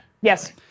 Yes